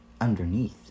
underneath